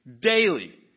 daily